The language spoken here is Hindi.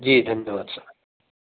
जी धन्यवाद सर